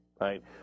Right